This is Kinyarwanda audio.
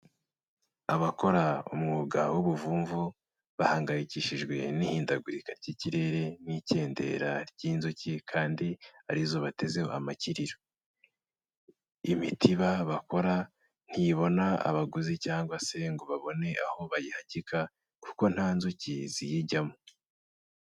Abakora umwuga w'ubuvumvu bahangayikishijwe n'ihindagurika ry'ikirere n'ikendera ry'inzuki kandi arizo batezeho amakiriro, imitiba bakora ntibona abaguzi cyangwa se ngo babone aho bayihagika kuko nta nzuki ziyijyamo.